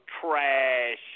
trash